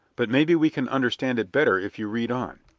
but maybe we can understand it better if you read on.